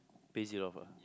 base it off ah